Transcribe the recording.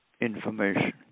information